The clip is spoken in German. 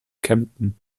kempten